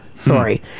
Sorry